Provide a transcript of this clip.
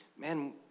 man